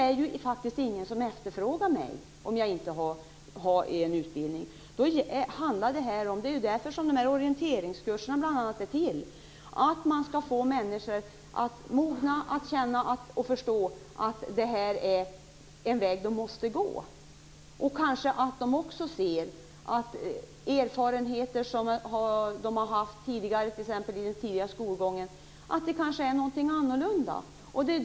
Det är faktiskt ingen som efterfrågar mig om jag inte har utbildning. Orienteringskurserna är till bl.a. just för att få människor att mogna och förstå att det här är en väg som de måste gå. Kanske ser man utifrån tidigare erfarenheter, t.ex. från tidigare skolgång, att det är fråga om något som är annorlunda.